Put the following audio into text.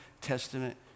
Testament